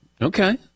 Okay